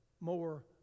more